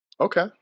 Okay